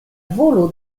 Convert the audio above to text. volo